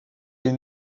est